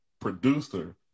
producer